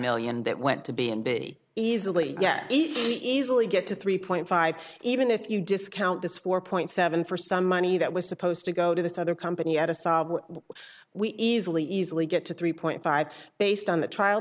million that went to be and be easily easily get to three point five even if you discount this four point seven for some money that was supposed to go to this other company edison we easily easily get to three point five based on the trial